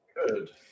Good